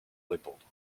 répondre